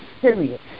period